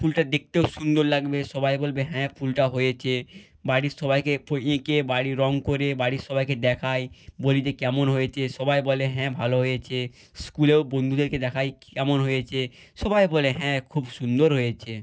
ফুলটা দেখতেও সুন্দর লাগবে সবাই বলবে হ্যাঁ ফুলটা হয়েছে বাড়ির সবাইকে ফু এঁকে বাড়ি রঙ করে বাড়ির সবাইকে দেখাই বলি যে কেমন হয়েছে সবাই বলে হ্যাঁ ভালো হয়েচে স্কুলেও বন্ধুদেরকে দেখাই কেমন হয়েছে সবাই বলে হ্যাঁ খুব সুন্দর হয়েছে